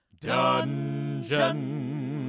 dungeon